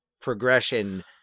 progression